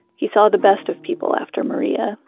he saw the best of people after maria,